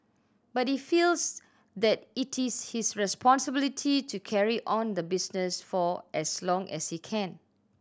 but he feels that it is his responsibility to carry on the business for as long as he can